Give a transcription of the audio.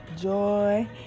joy